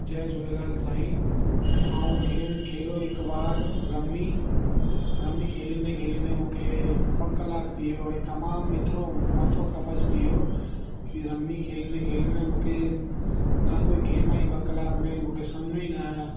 जय झूलेलाल साईं आऊं गेम खेलो हिक बार रमी रमी खेलींदे खेलींदे मूंखे ॿ कलाक थी वयो ऐं तमामु एतिरो मथो खपच थी वियो की रमी खेलींदे खेलींदे मूंखे न कोई गेम आई ॿ कलाक में मूंखे समुझ में ई न आया